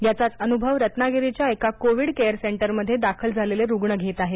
याचाच अनुभव रत्नागिरीच्या एका कोविड केअर सेंटरमध्ये दाखल झालेले रुग्ण घेत आहेत